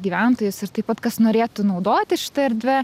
gyventojus ir taip pat kas norėtų naudotis šita erdve